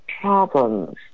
problems